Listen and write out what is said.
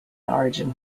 origin